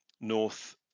north